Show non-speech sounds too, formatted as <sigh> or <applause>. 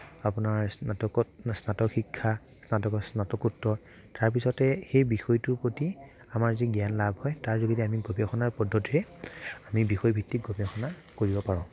আপোনাৰ স্নাতকত স্নাতক শিক্ষা <unintelligible> স্নাতকোত্তৰ তাৰ পিছতেই সেই বিষয়টো প্ৰতি আমাৰ যি জ্ঞান লাভ হয় তাৰ যোগেদি আমি গৱেষণাৰ পদ্ধতিৰে আমি বিষয়ভিত্তিক গৱেষণা কৰিব পাৰোঁ